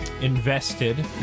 invested